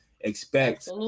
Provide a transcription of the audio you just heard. expect